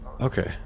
Okay